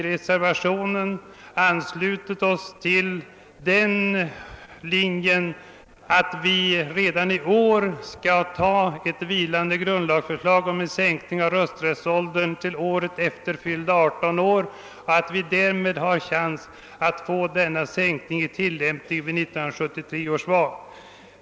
Reservanterna har därför hemställt, att riksdagen redan i år skall som vilande anta ett förslag om en sänkning av rösträttsåldern till året efter fyllda 18 år. Därmed kan den nya rösträttsåldern tilllämpas redan vid 1973 års val.